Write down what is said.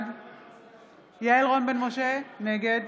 בעד יעל רון בן משה, נגד